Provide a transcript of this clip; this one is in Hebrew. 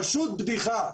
פשוט בדיחה.